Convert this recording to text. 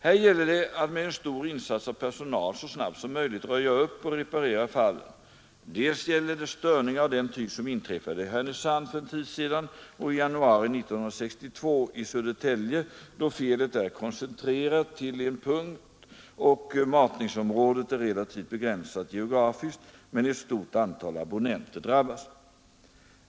Här gäller det att med en stor insats av personal så snabbt som möjligt röja upp och reparera felen. Å andra sidan är det störningar av den typ som inträffade i Härnösand och i januari 1962 i Södertälje, då felet är koncentrerat till en punkt och matningsområdet är relativt begränsat geografiskt men ett stort antal abonnenter drabbas.